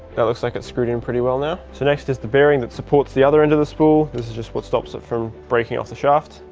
that looks like it's screwed in pretty well now. so next is the bearing that supports the other end of the spool this is just what stops it from breaking off the shaft,